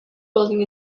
building